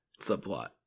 subplot